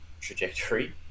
trajectory